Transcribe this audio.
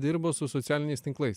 dirbo su socialiniais tinklais